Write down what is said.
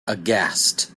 aghast